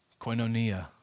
koinonia